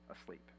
asleep